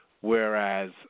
Whereas